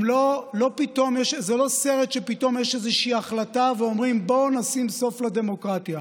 זה לא סרט שפתאום יש איזושהי החלטה ואומרים: בואו נשים סוף לדמוקרטיה.